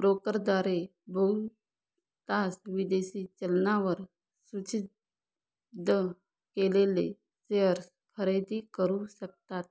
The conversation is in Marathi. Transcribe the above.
ब्रोकरद्वारे बहुतांश विदेशी चलनांवर सूचीबद्ध केलेले शेअर्स खरेदी करू शकतात